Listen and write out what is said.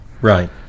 Right